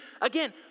Again